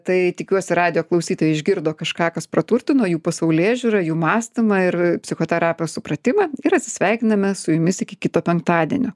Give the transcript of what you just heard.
tai tikiuosi radijo klausytojai išgirdo kažką kas praturtino jų pasaulėžiūrą jų mąstymą ir psichoterapijos supratimą ir atsisveikiname su jumis iki kito penktadienio